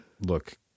look